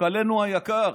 מפכ"לנו היקר,